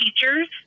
teachers